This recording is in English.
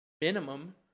minimum